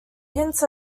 hints